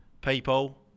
People